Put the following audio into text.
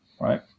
right